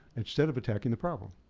instead of attacking the problem.